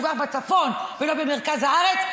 בגלל שהוא גר בצפון ולא במרכז הארץ,